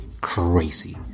crazy